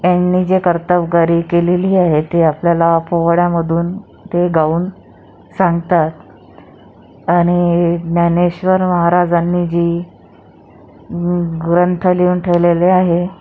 यांनी जे कर्तबगारी केलेली आहे ते आपल्याला पोवाड्यामधून ते गाऊन सांगतात आणि ज्ञानेश्वर महाराजांनी जी ग्रंथ लिहून ठेवलेले आहे